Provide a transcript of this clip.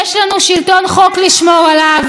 יש לנו שלטון חוק לשמור עליו.